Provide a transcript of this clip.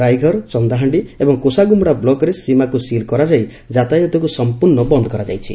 ରାଇଘର ଚନ୍ଦାହାଣ୍ଡି ଏବଂ କୋଷାଗୁମୁଡ଼ା ବ୍ଲକ୍ରେ ସୀମାକୁ ସିଲ୍ କରାଯାଇ ଯାତାୟାତକୁ ସମ୍ମୁର୍ଗ୍ଣ ବନ୍ଦ୍ କରାଯାଇଛି